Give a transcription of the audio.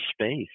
space